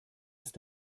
ist